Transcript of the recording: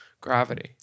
gravity